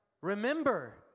Remember